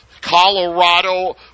Colorado